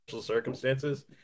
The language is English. circumstances